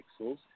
pixels